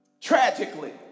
Tragically